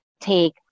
take